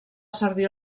servir